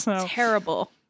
Terrible